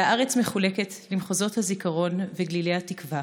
"והארץ מחולקת למחוזות הזיכרון וגלילי התקווה,